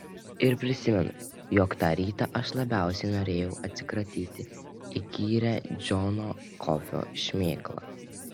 ir prisimenu jog tą rytą aš labiausiai norėjau atsikratyti įkyria džono kofio šmėkla